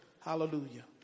Hallelujah